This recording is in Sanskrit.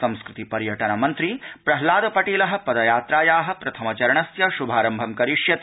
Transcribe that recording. संस्कृति पर्यटन मन्त्री प्रह्नाद पटेल पदयात्राया प्रथम चरणस्य शभारम्भं करिष्यति